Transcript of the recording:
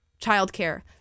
childcare